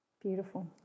Beautiful